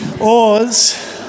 oars